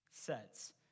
sets